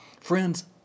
Friends